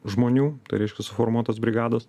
žmonių tai reiškia suformuotos brigados